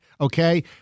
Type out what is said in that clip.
okay